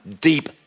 deep